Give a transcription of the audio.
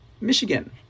Michigan